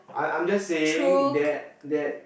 I I'm just saying that that